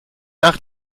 nach